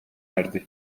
erdi